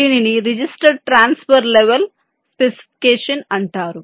దీనిని register transfer level specification అంటారు